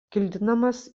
kildinamas